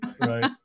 right